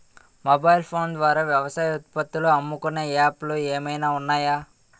Mobile phone ద్వారా వ్యవసాయ ఉత్పత్తులు అమ్ముకునే యాప్ లు ఏమైనా ఉన్నాయా?